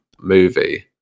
movie